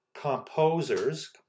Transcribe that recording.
composers